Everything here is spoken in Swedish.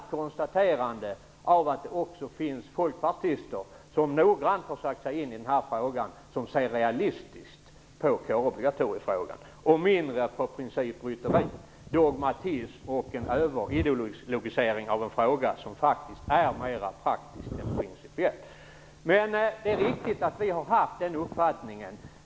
Jag konstaterade kallt att det också finns folkpartister som noggrant har satt sig in i den här frågan som ser realistiskt på den, som tänker mindre på principrytteri, dogmatism och överideologisering. Detta är en fråga som faktiskt är mera praktisk än principiell. Det är riktigt att vi har haft den uppfattningen.